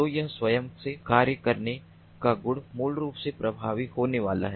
तो यह स्वयं से कार्य करने का गुण मूल रूप से प्रभावी होने वाला है